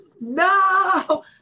no